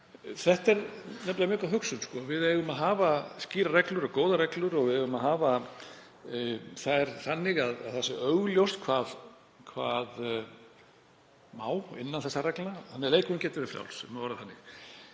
Þetta er nefnilega mjög góð hugsun. Við eigum að hafa skýrar reglur og góðar reglur og við eigum að hafa þær þannig að það sé augljóst hvað má innan þessara reglna þannig að leikurinn geti verið frjáls. Ég er samt